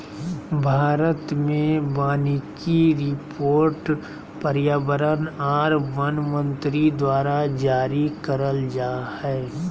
भारत मे वानिकी रिपोर्ट पर्यावरण आर वन मंत्री द्वारा जारी करल जा हय